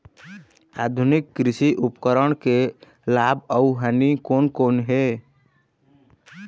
आधुनिक कृषि उपकरण के लाभ अऊ हानि कोन कोन हे?